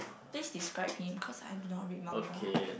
please describe him cause I do not read manga